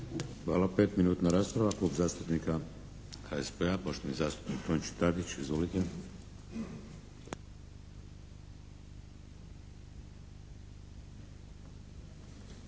Hvala. 5-minutna rasprava. Klub zastupnika HSP-a, poštovani zastupnik Tonči Tadić. Izvolite.